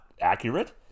accurate